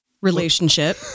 relationship